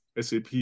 SAP